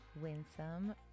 Winsome